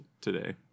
today